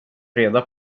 reda